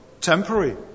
temporary